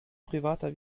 privater